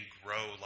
grow